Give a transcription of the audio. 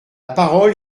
parole